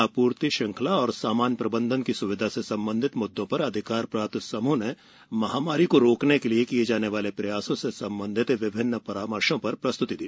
आपूर्ति श्रृंखला और सामान प्रबंधन की सुविधा से संबंधित मुद्दों पर अधिकार प्राप्त समूह ने महामारी को रोकने के लिए किए जाने वाले उपायों से संबंधित विभिन्न परामशों पर प्रस्तुति दी